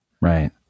right